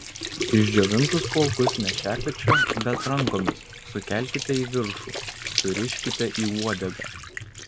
išdžiovintus plaukus ne šepečiu bet rankomis sukelkite į viršų suriškite į uodegą